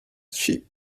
sheep